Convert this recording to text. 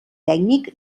tècnic